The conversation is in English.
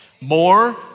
More